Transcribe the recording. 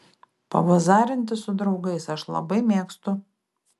pabazarinti su draugais aš labai mėgstu